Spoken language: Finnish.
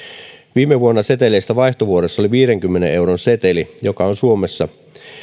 viime vuonna seteleissä vaihtovuorossa oli viidenkymmenen euron seteli joka on suomessa